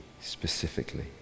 specifically